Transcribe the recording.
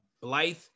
Blythe